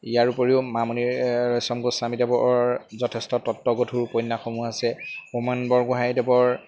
ইয়াৰ উপৰিও মামণি ৰয়চম গোস্বামীদেৱৰ যথেষ্ট তত্ত্বগধুৰ উপন্যাসসমূহ আছে হোমন বৰগোহাঁঞিদেৱৰ